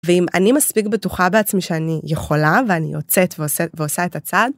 ואם אני מספיק בטוחה בעצמי שאני יכולה ואני יוצאת ועושה את הצעד